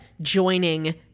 joining